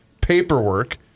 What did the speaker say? paperwork